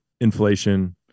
inflation